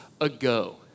ago